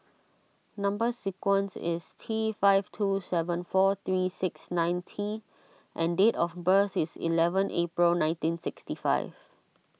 Number Sequence is T five two seven four three six nine T and date of birth is eleven April nineteen sixty five